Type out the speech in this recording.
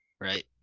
Right